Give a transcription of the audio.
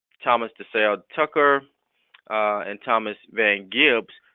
thomas desalle tucker and thomas van gibbs,